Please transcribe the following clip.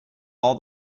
all